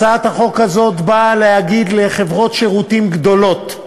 הצעת החוק הזאת באה להגיד לחברות שירותים גדולות,